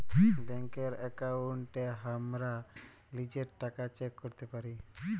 ব্যাংকের একাউন্টে হামরা লিজের টাকা চেক ক্যরতে পারি